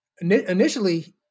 initially